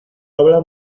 habla